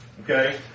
okay